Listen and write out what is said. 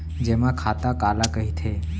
जेमा खाता काला कहिथे?